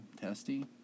testy